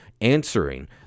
answering